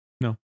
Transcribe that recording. No